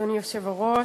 אדוני היושב-ראש,